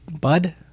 Bud